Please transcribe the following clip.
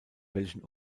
welchen